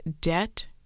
debt